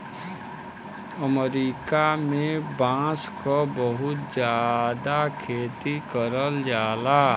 अमरीका में बांस क बहुत जादा खेती करल जाला